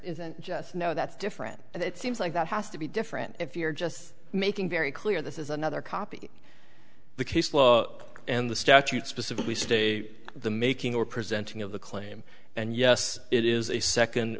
isn't just no that's different and it seems like that has to be different if you're just making very clear this is another copy the case law and the statute specifically stay the making or presenting of the claim and yes it is a second